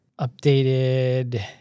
updated